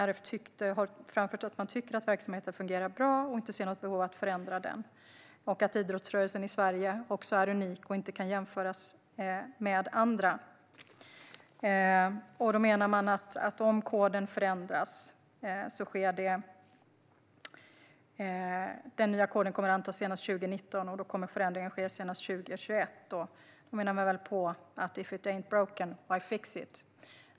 RF har framfört att man tycker att verksamheten fungerar bra och att man därför inte ser något behov av att förändra den samt att idrottsrörelsen i Sverige är unik och inte kan jämföras med rörelser i andra länder. RF menar att om koden förändras ska den nya koden antas senast 2019, och då kommer förändringarna att ske senast 2020-2021. Man menar väl att "if it ain't broken, why fix it?"